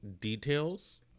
details